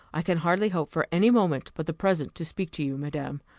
i can hardly hope for any moment but the present to speak to you, madam.